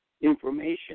information